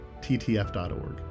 ttf.org